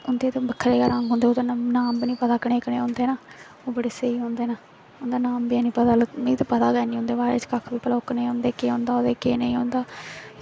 उं'दे ते बक्खरे गै रंग होंदे जेह्दे नां बी निं पता केह्ड़े केह्ड़े होंदे न ओह् बड़े स्हेई होंदे न उं'दे नां बी निं पता मिगी ते पता गै निं उं'दे बारे च भला ओह् कनेह् होंदे केह् होंदा